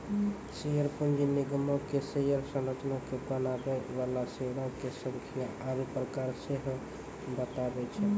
share पूंजी निगमो के शेयर संरचना के बनाबै बाला शेयरो के संख्या आरु प्रकार सेहो बताबै छै